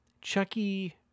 Chucky